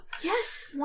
Yes